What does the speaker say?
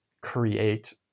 create